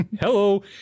Hello